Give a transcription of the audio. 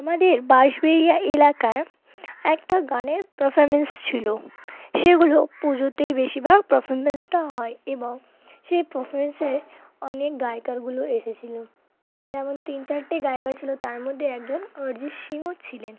আমাদের বাঁশবেড়িয়া এলাকায় একটা গানের পারফরম্যান্স ছিল সেগুলো পুজোতেই বেশিরভাগ পারফরম্যান্সটা হয় এবং সেই পারফরম্যেন্সে অনেক গায়িকারগুলো এসেছিলো যেমন তিন চারটে গায়ক ছিলো তার মধ্যে একজন অরিজিৎ সিং ও ছিলেন